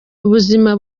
ubuzima